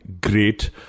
great